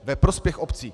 Ve prospěch obcí.